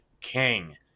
king